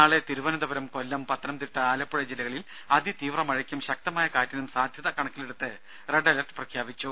നാളെ തിരുവനന്തപുരം കൊല്ലം പത്തനംതിട്ട ആലപ്പുഴ ജില്ലകളിൽ അതിതീവ്ര മഴക്കും ശക്തമായ കാറ്റിനും സാധ്യത കണക്കിലെടുത്ത് റെഡ് അലർട്ട് പ്രഖ്യാപിച്ചു